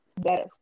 better